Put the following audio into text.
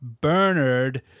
Bernard